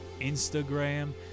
instagram